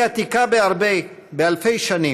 היא עתיקה בהרבה, באלפי שנים,